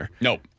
Nope